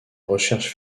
recherche